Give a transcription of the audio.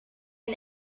and